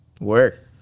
work